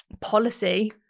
policy